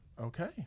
Okay